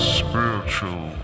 spiritual